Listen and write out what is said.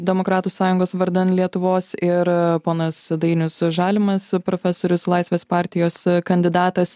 demokratų sąjungos vardan lietuvos ir ponas dainius žalimas profesorius laisvės partijos kandidatas